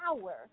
power